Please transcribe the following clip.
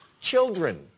children